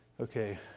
okay